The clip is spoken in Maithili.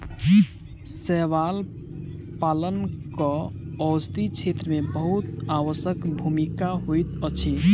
शैवाल पालनक औषधि क्षेत्र में बहुत आवश्यक भूमिका होइत अछि